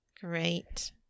Great